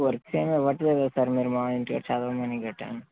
works ఏమి ఇవ్వట్లేదా sir మీరు మా ఇంటి దగ్గర చదవమని గట్ట